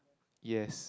yes